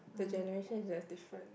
the generation is very different